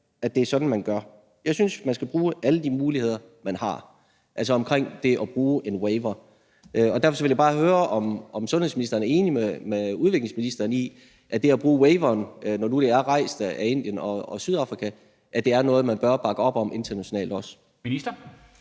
at det er sådan man gør. Jeg synes, man skal bruge alle de muligheder, man har. Det er altså omkring det at bruge en waiver. Derfor vil jeg bare høre, om sundhedsministeren er enig med udviklingsministeren i, at det at bruge waiveren, når nu det er rejst af Indien og Sydafrika, er noget, man bør bakke op om, også internationalt. Kl.